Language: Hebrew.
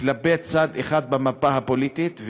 כלפי צד אחד במפה הפוליטית,